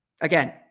again